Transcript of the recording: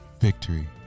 victory